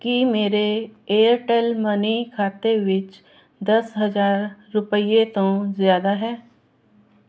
ਕੀ ਮੇਰੇ Airtel Money ਖਾਤੇ ਵਿੱਚ ਦਸ ਹਜ਼ਾਰ ਰੁਪਈਏ ਤੋਂ ਜ਼ਿਆਦਾ ਹੈ